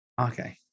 Okay